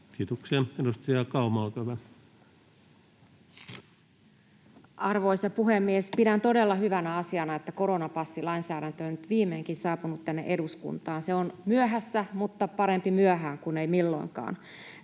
Kiitoksia. — Edustaja Kauma, olkaa hyvä. Arvoisa puhemies! Pidän todella hyvänä asiana, että koronapassilainsäädäntö on viimeinkin saapunut tänne eduskuntaan. Se on myöhässä, mutta parempi myöhään kuin ei milloinkaan.